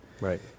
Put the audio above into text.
Right